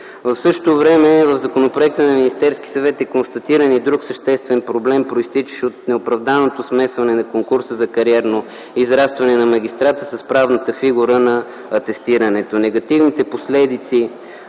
В същото време в законопроекта на Министерския съвет е констатиран и друг съществен проблем, произтичащ от оправданото смесване на конкурса за кариерно израстване на магистрати с правната фигура на атестирането. Негативните последици